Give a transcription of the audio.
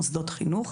מוסדות חינוך.